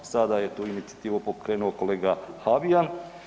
Sada je tu inicijativu pokrenuo kolega Habijan.